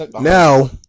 now